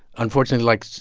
unfortunately, like,